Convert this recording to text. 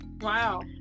Wow